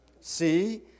See